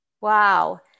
Wow